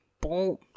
Boom